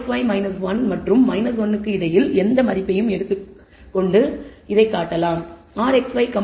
Rxy 1 மற்றும் 1 க்கு இடையில் எந்த மதிப்பையும் எடுத்துக்கொள்கிறோம் என்பதைக் காட்டலாம்